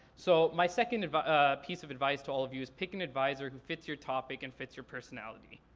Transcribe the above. so my second and but ah piece of advice to all of you is pick an advisor who fits your topic and fits your personality.